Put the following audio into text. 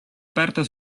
aperta